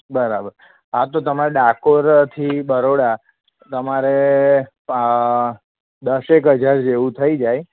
બરાબર હા તો તમારે ડાકોરથી બરોડા તમારે દસ એક હજાર જેવું થઈ જાય